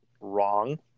wrong